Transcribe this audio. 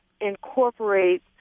incorporate